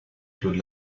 claude